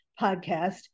podcast